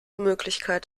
möglichkeit